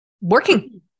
working